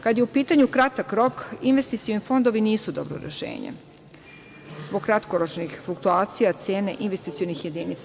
Kada je u pitanju kratak rok, investicioni fondovi nisu dobro rešenje zbog kratkoročnih fluktuacija cena investicioni jedinica.